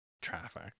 traffic